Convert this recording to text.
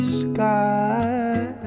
sky